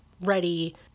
ready